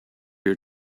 your